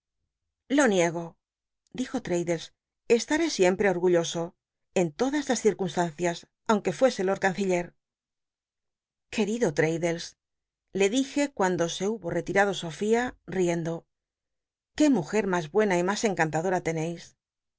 lo niego dijó ttaddlcs estaré siempre orgulloso en todas las ci rcunstancias aunque fuese el canciller ue fraddles le dije cuando se hubo relirado sofía riendo qué muje mas buena y mas encantadota